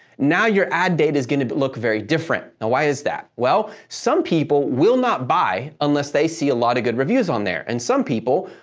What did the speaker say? now your ad data is going to look very different. now, why is that? well, some people will not buy unless they see a lot of good reviews on there, and some people,